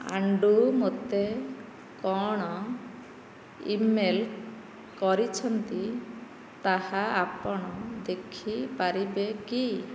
ଆଣ୍ଡୁ ମୋତେ କ'ଣ ଇମେଲ୍ କରିଛନ୍ତି ତାହା ଆପଣ ଦେଖିପାରିବେ କି